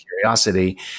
curiosity